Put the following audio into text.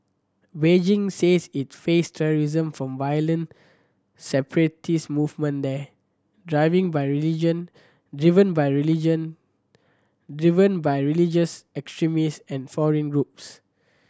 Beijing says it face terrorism from a violent separatist movement there driving by religion driven by religion driven by religious extremism and foreign groups